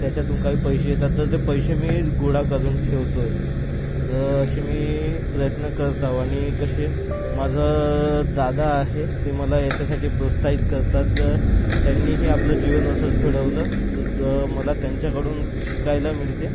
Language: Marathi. त्याच्यातून काही पैसे येतात तर ते पैसे मी गोळा करून ठेवतो आहे तर असे मी प्रयत्न करत आहे आणि कसे माझा दादा आहे ते मला ह्याच्यासाठी प्रोत्साहित करतात तर त्यांनीही आपलं जीवन असंच घडवलं तर मला त्यांच्याकडून शिकायला मिळते